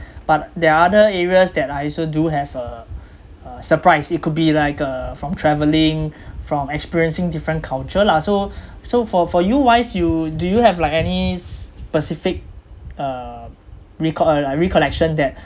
but there are other areas that I also do have uh uh surprise it could be like uh from travelling from experiencing different culture lah so so for for your wise you do you have like any s~ specific uh recol~ uh recollection that